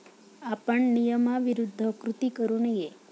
आपण नियमाविरुद्ध कृती करू नये